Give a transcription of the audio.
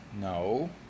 No